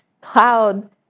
cloud